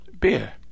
beer